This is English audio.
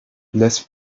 less